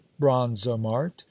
Bronzomart